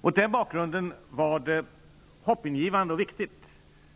Mot den bakgrunden var det både viktigt och hoppingivande